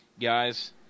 guys